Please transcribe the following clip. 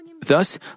Thus